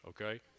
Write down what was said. okay